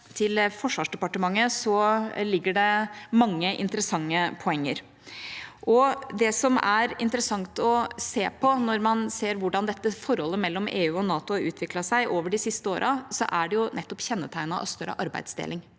til Forsvarsdepartementet ligger det mange interessante poenger. Det som er interessant, er at når man ser hvordan dette forholdet mellom EU og NATO har utviklet seg over de siste årene, er det nettopp kjennetegnet av større arbeidsdeling.